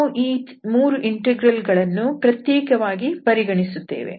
ನಾವು ಈ 3 ಇಂಟೆಗ್ರಲ್ ಗಳನ್ನು ಪ್ರತ್ಯೇಕವಾಗಿ ಪರಿಗಣಿಸುತ್ತೇವೆ